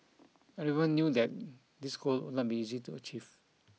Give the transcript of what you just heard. everyone knew that this goal would not be easy to achieve